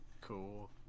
Cool